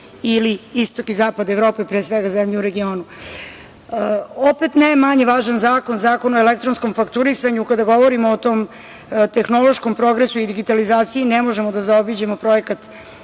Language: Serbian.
ili istok i zapad Evrope, pre svega, zemlje u regionu. Opet ne manje važan zakon je Zakon o elektronskom fakturisanju. Kada govorimo o tom tehnološkom progresu i digitalizaciji, ne možemo da zaobiđemo projekat